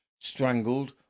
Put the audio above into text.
strangled